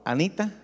Anita